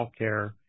healthcare